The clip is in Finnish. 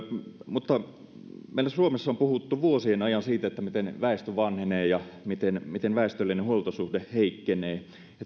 meillä suomessa on puhuttu vuosien ajan siitä miten väestö vanhenee ja miten miten väestöllinen huoltosuhde heikkenee